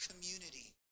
community